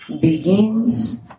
begins